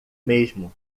mesmo